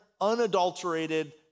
unadulterated